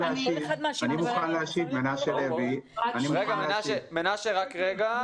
מנשה, רק רגע.